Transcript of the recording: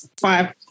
five